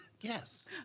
Yes